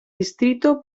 distrito